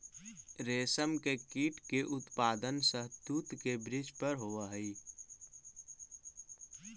रेशम के कीट के उत्पादन शहतूत के वृक्ष पर होवऽ हई